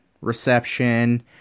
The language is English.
reception